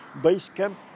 Basecamp